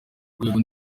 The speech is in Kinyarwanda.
rwego